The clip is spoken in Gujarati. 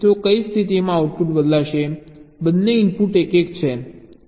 તો કઈ સ્થિતિમાં આઉટપુટ બદલાશે બંને ઇનપુટ 1 1 છે